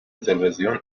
تلویزیون